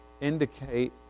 indicate